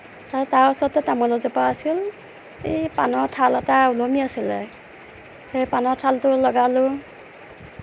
তাৰ ওচৰতে তামোল এজোপা আছিল এই পাণৰ ঠাল এটা ওলমি আছিলে সেই পাণৰ ঠালটো লগালোঁ